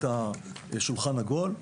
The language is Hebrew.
יש שולחן עגול,